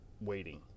waiting